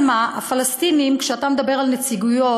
אבל מה, הפלסטינים, כשאתה מדבר על נציגויות,